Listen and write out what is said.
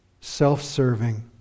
self-serving